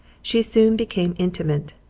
she soon became intimate,